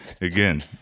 again